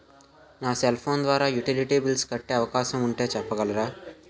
నా cell phone ద్వారా utility bills కట్టే అవకాశం ఉంటే చెప్పగలరా?